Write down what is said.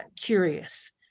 curious